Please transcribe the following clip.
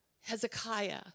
Hezekiah